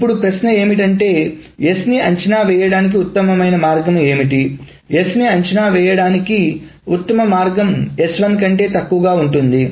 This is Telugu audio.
ఇప్పుడు ప్రశ్న ఏమిటంటే S ని అంచనా వేయడానికి ఉత్తమ మార్గం ఏమిటి S ని అంచనా వేయడానికి ఉత్తమ మార్గం S1 కంటే తక్కువగా ఉంటుంది